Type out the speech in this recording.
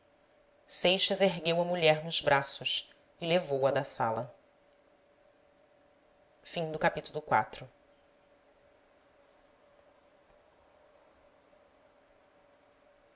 seixas ergueu a mulher nos braços e levou-a da sala no